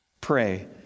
pray